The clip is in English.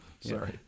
Sorry